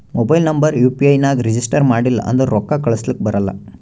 mobile number U P I ನಾಗ್ register ಮಾಡಿಲ್ಲ ಅಂದುರ್ ರೊಕ್ಕಾ ಕಳುಸ್ಲಕ ಬರಲ್ಲ